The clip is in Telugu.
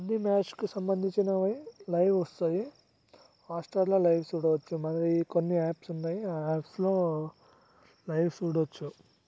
అన్ని మ్యాచ్కి సంబంధించినవే లైవ్ వస్తుంది హాట్స్టార్ల లైవ్ చూడవచ్చు మనది కొన్ని యాప్స్ ఉన్నాయి ఆ యాప్స్లో లైవ్ చూడవచ్చు